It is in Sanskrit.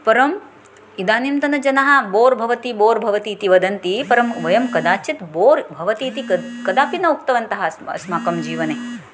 परम् इदानीन्तनजनाः बोर् भवति भवति इति वदन्ति परं वयं कदाचित् बोर् भवति इति कद् कदापि न उक्तवन्तः अस् अस्माकं जीवने